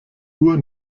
uhr